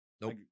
Nope